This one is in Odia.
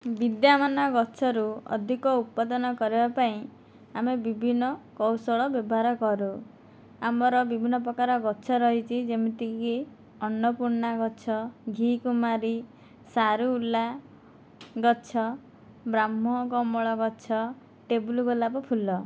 ବିଦ୍ୟାମାନା ଗଛରୁ ଅଧିକ ଉତ୍ପାଦନ କରିବା ପାଇଁ ଆମେ ବିଭିନ୍ନ କୌଶଳ ବ୍ୟବହାର କରୁ ଆମର ବିଭିନ୍ନ ପ୍ରକାର ଗଛ ରହିଛି ଯେମିତିକି ଅନ୍ନପୂର୍ଣ୍ଣା ଗଛ ଘି'କୁମାରୀ ସାରୁଉଲ୍ଲାଗଛ ବ୍ରହ୍ମକମଳଗଛ ଟେବୁଲ ଗୋଲାପ ଫୁଲ